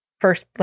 first